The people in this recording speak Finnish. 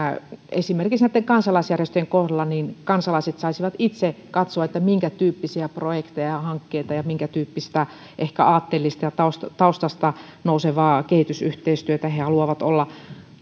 esimerkiksi näitten kansalaisjärjestöjen kohdalla kansalaiset saisivat itse katsoa minkätyyppisiä projekteja ja hankkeita ja minkätyyppistä ehkä aatteellista ja taustasta taustasta nousevaa kehitysyhteistyötä he haluavat olla